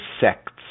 sects